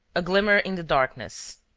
a glimmer in the darkness